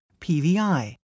PVI